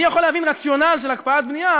אני יכול להבין רציונל של הקפאת בנייה